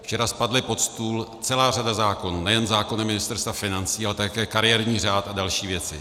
Včera spadla pod stůl celá řada zákonů, nejen zákony Ministerstva financí, ale také kariérní řád a další věci.